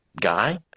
guy